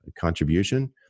contribution